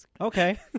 Okay